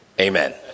Amen